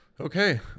okay